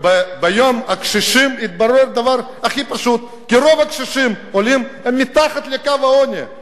ביום הקשיש התברר הדבר הכי פשוט: רוב הקשישים העולים הם מתחת לקו העוני,